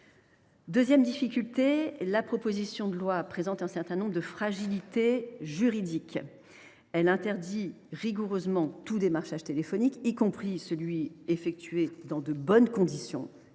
Deuxième difficulté, la proposition de loi présente un certain nombre de fragilités juridiques. Elle interdit rigoureusement tout démarchage téléphonique, y compris celui qui est effectué dans de bonnes conditions